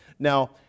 Now